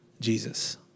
Jesus